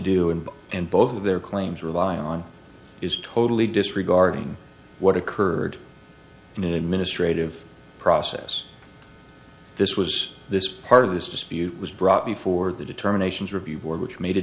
do and in both of their claims revolving on is totally disregarding what occurred in administrative process this was this part of this dispute was brought before the determinations review board which made a